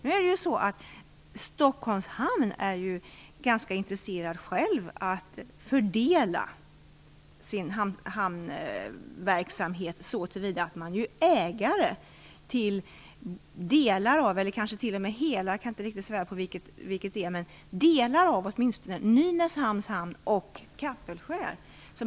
Nu är man i Stockholms hamn ganska intresserad av att fördela sin hamnverksamhet så till vida att man är ägare till åtminstone delar av Nynäshamns hamn och Kapellskär.